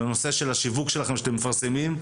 בנושא של השיווק שלכם שאתם מפרסמים,